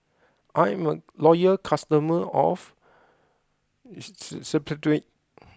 I'm a loyal customer of Cetrimide